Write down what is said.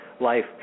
life